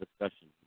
discussion